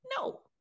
No